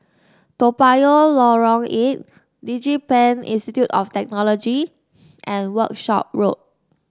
Toa Payoh Lorong Eight DigiPen Institute of Technology and Workshop Road